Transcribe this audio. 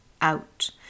out